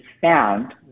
found